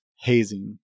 hazing